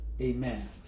Amen